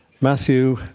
Matthew